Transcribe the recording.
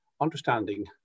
understanding